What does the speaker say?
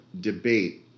debate